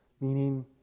meaning